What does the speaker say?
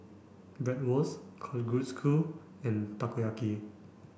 Bratwurst Kalguksu and Takoyaki